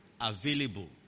available